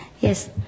Yes